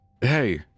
Hey